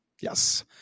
Yes